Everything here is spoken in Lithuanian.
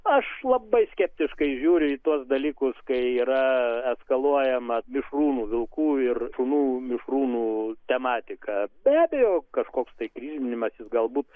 aš labai skeptiškai žiūriu į tuos dalykus kai yra eskaluojamas mišrūnų vilkų ir šunų mišrūnų tematika be abejo kažkoks tai kryžminimasis galbūt